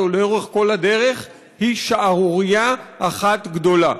לאורך כל הדרך היא שערורייה אחת גדולה.